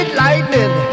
lightning